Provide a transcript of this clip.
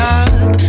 up